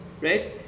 right